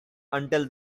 until